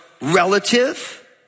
relative